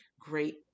great